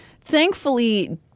thankfully